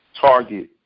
target